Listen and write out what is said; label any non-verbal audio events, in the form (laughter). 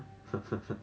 (laughs)